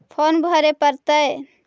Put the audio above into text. Farm भरे परतय?